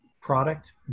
product